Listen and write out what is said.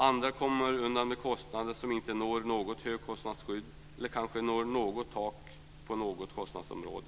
Andra kommer undan med kostnader som inte når något högkostnadstak eller kanske når taket på något kostnadsområde.